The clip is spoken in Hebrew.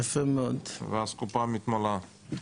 ואז הקופה מתמלאת.